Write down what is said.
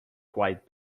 quite